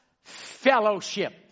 fellowship